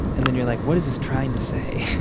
and then you're like, what is this trying to say?